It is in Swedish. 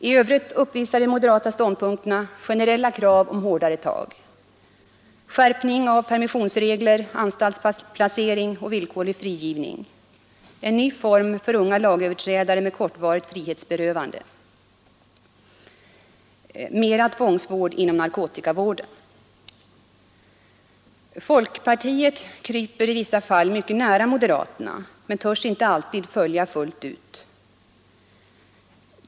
I övrigt uppvisar de moderata ståndpunkterna generellt krav på hårdare tag: Folkpartiet kryper i vissa fall mycket nära moderaterna, men törs inte alltid följa med fullt ut.